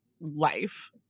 life